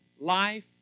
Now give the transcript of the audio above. life